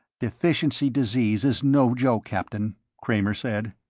deficiency disease is no joke, captain, kramer said.